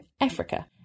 Africa